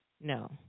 No